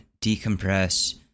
decompress